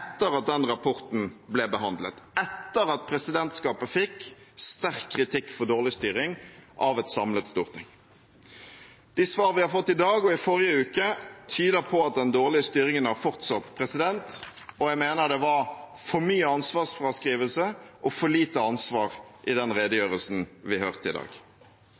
at den rapporten ble behandlet, etter at presidentskapet fikk sterk kritikk for dårlig styring av et samlet storting. De svarene vi har fått i dag og i forrige uke, tyder på at den dårlige styringen har fortsatt, og jeg mener det var for mye ansvarsfraskrivelse og for lite ansvar i den redegjørelsen vi hørte i dag.